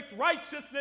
righteousness